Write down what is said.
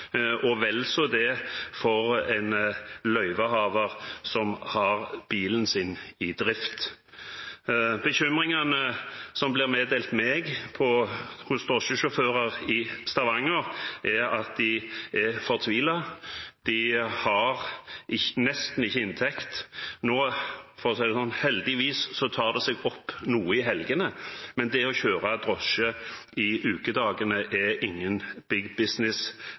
og vel så det, for en løyvehaver som har bilen sin i drift. Bekymringene som blir meddelt meg fra drosjesjåfører i Stavanger, er at de er fortvilet, de har nesten ikke inntekt. Heldigvis tar det seg opp noe i helgene, men det å kjøre drosje i ukedagene er ingen